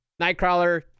nightcrawler